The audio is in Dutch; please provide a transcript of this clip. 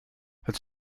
het